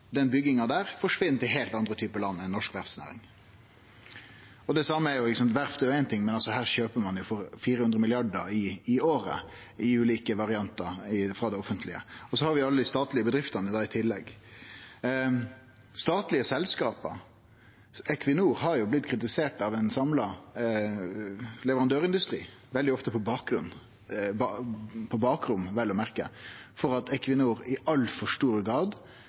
den bygginga, forsvinn til heilt andre typar land og bedrifter enn den norske verftsnæringa. Verft er jo ein ting, men her kjøper ein for 400 mrd. kr i året i ulike variantar frå det offentlege. Så har vi alle dei statlege bedriftene i tillegg. Om statlege selskap: Equinor har blitt kritisert av ein samla leverandørindustri – veldig ofte på bakrommet, vel å merke – for at Equinor i altfor stor grad